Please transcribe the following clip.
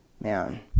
Man